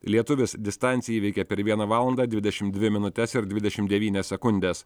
lietuvis distanciją įveikė per vieną valandą dvidešimt dvi minutes ir dvidešimt devynias sekundes